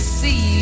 see